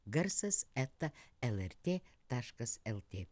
garsas eta lrt taškas lt